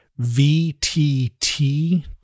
VTT